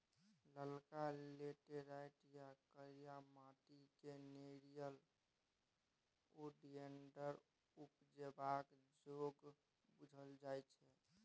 ललका लेटैराइट या करिया माटि क़ेँ नेरियम ओलिएंडर उपजेबाक जोग बुझल जाइ छै